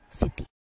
city